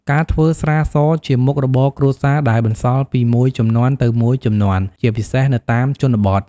ការធ្វើស្រាសជាមុខរបរគ្រួសារដែលបន្សល់ពីមួយជំនាន់ទៅមួយជំនាន់ ជាពិសេសនៅតាមជនបទ។